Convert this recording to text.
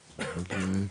תחתום.